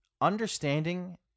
understanding